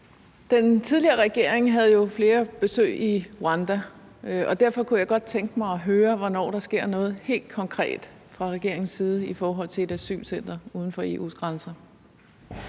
Den tidligere regering havde jo flere besøg i Rwanda, og derfor kunne jeg godt tænke mig at høre, hvornår der sker noget helt konkret fra regeringens side i forhold til et asylcenter uden for EU's grænser.